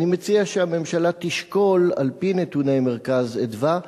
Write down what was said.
אני מציע שהממשלה תשקול, על-פי נתוני "מרכז אדוה",